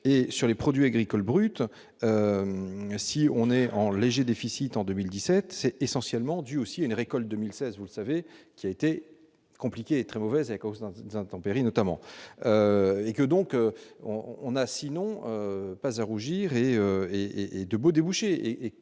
et sur les produits agricoles bruts, si on est en léger déficit en 2017 c'est essentiellement dû aussi à une récolte 2016, vous savez qui a été compliqué et très mauvaise à cause des intempéries notamment et que donc on on a 6 n'ont pas à rougir et et et de boues débouchés